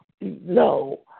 no